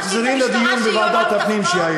תחזרי לדיון בוועדת הפנים.